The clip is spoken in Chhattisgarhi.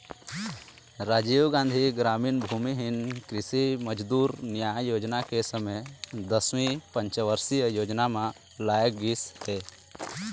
राजीव गांधी गरामीन भूमिहीन कृषि मजदूर न्याय योजना के समे दसवीं पंचवरसीय योजना म लाए गिस हे